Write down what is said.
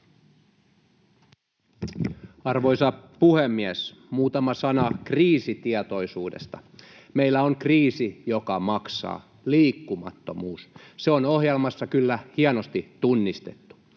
Arvoisa puhemies! Muutama sana kriisitietoisuudesta. Meillä on kriisi, joka maksaa: liikkumattomuus. Se on ohjelmassa kyllä hienosti tunnistettu.